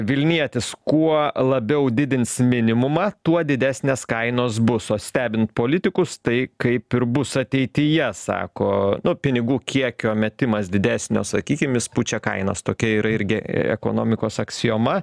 vilnietis kuo labiau didins minimumą tuo didesnės kainos bus o stebint politikus tai kaip ir bus ateityje sako nu pinigų kiekio metimas didesnio sakykim jis pučia kainas tokia ir irgi ekonomikos aksioma